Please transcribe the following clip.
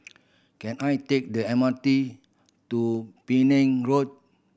can I take the M R T to Penang Road